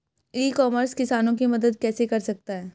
ई commerce किसानों की मदद कैसे कर सकता है?